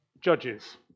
Judges